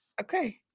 Okay